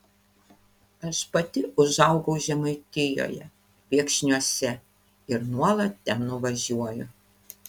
aš pati užaugau žemaitijoje viekšniuose ir nuolat ten nuvažiuoju